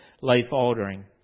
life-altering